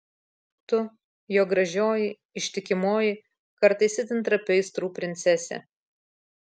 tu jo gražioji ištikimoji kartais itin trapi aistrų princesė